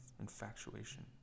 infatuation